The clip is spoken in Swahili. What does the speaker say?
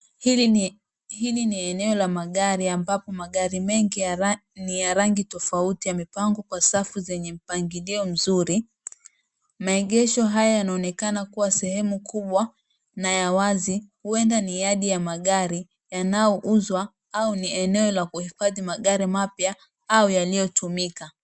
Hili ni eneo la magari ambapo magari mengi ni ya rangi tofauti yamepangwa kwa safu zenye mpangilio mzuri. Maegesho haya yanaonekana kua sehemu kubwa na ya wazi. Huenda ni yadi ya magari yanaouzwa au ni eneo la kuhifadhi magari mapya au yaliyotumika.